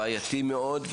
בעייתי מאוד,